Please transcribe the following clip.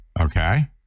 okay